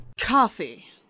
Coffee